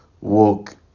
walk